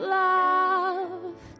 love